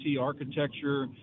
Architecture